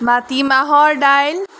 মাটি মাহৰ দাইল